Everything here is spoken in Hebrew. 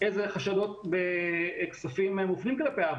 איזה חשדות בכספים מופנים כלפיה,